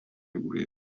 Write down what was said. vibrating